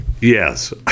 yes